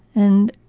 and,